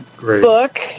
book